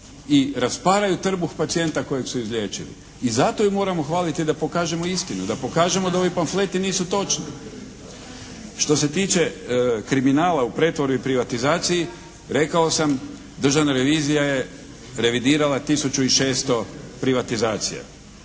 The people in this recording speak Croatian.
i rasparaju trbuh pacijenta kojeg su izliječili. I zato ju moramo hvaliti da pokažemo istinu, da pokažemo da ovi pamfleti nisu točni. Što se tiče kriminala u pretvorbi i privatizaciji rekao sam državna revizija je revidirala tisuću i 600 privatizacija.